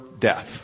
death